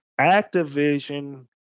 Activision